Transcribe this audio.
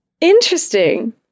Interesting